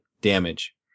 damage